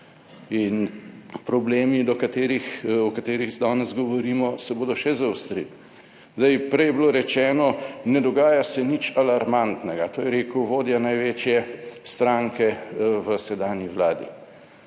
in problemi, o katerih danes govorimo, se bodo še zaostrili. Zdaj, prej je bilo rečeno, ne dogaja se nič alarmantnega, to je rekel vodja največje stranke v sedanji Vladi.